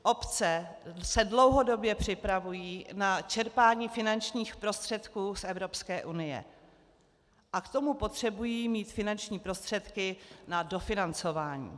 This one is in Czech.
Obce se dlouhodobě připravují na čerpání finančních prostředků z Evropské unie a k tomu potřebují mít finanční prostředky na dofinancování.